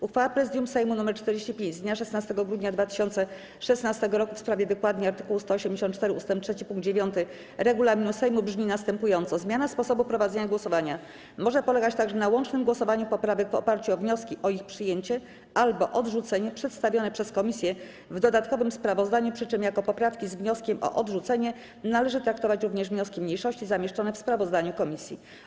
Uchwała Prezydium Sejmu nr 45 z dnia 16 grudnia 2016 r. w sprawie wykładni art. 184 ust. 3 pkt 9 regulaminu Sejmu brzmi następująco: „Zmiana sposobu prowadzenia głosowania może polegać także na łącznym głosowaniu poprawek w oparciu o wnioski o ich przyjęcie albo odrzucenie przedstawione przez komisje w dodatkowym sprawozdaniu, przy czym jako poprawki z wnioskiem o odrzucenie należy traktować również wnioski mniejszości zamieszczone w sprawozdaniu komisji”